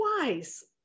twice